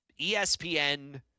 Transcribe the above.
ESPN